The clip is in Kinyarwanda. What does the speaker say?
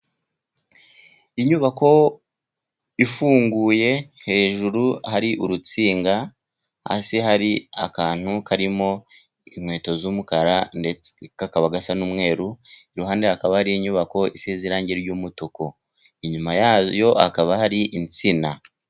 Inyubako ifunguye, hejuru hari urutsinga, hasi hari akantu karimo inkweto z'umukara, ndetse kakaba gasa n'umweruru. Iruhande hakaba hari inyubako isize irangi ry'umutuku, inyuma yayo hakaba hari insina.